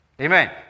Amen